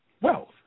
wealth